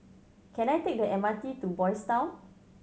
can I take the M R T to Boys' Town